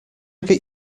get